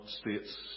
states